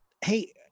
Hey